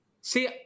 See